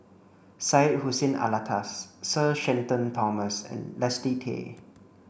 Syed Hussein Alatas Sir Shenton Thomas and Leslie Tay